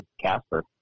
casper